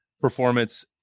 performance